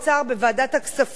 בוועדת הכספים,